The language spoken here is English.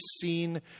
seen